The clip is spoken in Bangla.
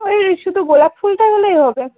ওই শুধু গোলাপ ফুলটা হলেই হবে